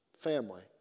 family